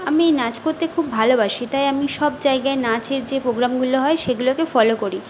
আমি নাচ করতে খুব ভালোবাসি তাই আমি সব জায়গায় নাচের যে প্রোগ্রাম গুলো হয় সেগুলোকে ফলো করি